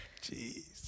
Jeez